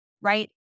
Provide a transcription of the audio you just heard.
right